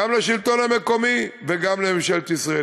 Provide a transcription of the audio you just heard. גם לשלטון המקומי וגם לממשלת ישראל.